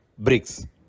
BRICS